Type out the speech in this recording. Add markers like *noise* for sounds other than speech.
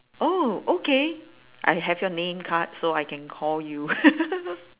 oh okay I have your name card so I can call you *laughs*